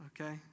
Okay